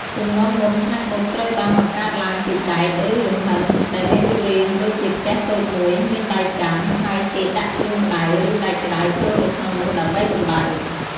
ជំនាន់មុន ឆ្នាំងអ៊ុតត្រូវបានបង្កើតឡើងពីដែក ឬលង្ហិន ដែលមានរូបរាងដូចជាខ្ទះតូចមួយ មានដៃកាន់ ហើយគេដាក់ធ្យូងក្តៅ ឬដែកក្តៅចូលទៅក្នុងនោះដើម្បីកម្ដៅ។